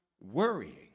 worrying